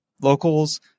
locals